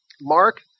Mark